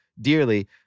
dearly